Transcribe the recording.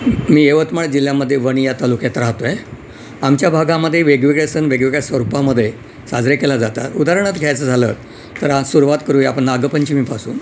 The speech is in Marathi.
मी यवतमाळ जिल्ह्यामध्ये वणी या तालुक्यात राहतो आहे आमच्या भागामध्ये वेगवेगळे सण वेगवेगळ्या स्वरूपामध्ये साजरे केले जातात उदाहरणार्थ घ्यायचं झालं तर आज सुरुवात करूया आपण नागपंचमीपासून